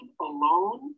alone